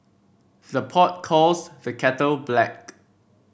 the pot calls the kettle black